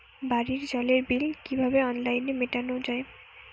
বাড়ির জলের বিল কিভাবে অনলাইনে মেটানো যায়?